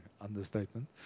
Understatement